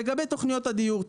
לגבי תוכניות הדיור.